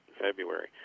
February